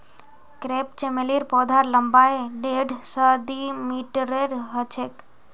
crepe चमेलीर पौधार लम्बाई डेढ़ स दी मीटरेर ह छेक